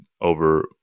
over